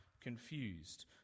confused